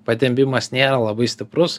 patempimas nėra labai stiprus